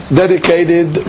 dedicated